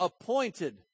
appointed